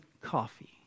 coffee